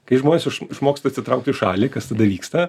kai žmonės iš išmoksta atsitraukt į šalį kas tada vyksta